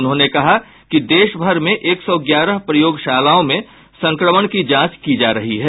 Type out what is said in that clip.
उन्होंने कहा कि देशभर में एक सौ ग्यारह प्रयोगशालाओं में संक्रमण की जांच की जा रही है